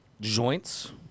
joints